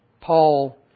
Paul